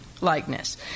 likeness